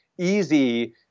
easy